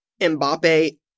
Mbappe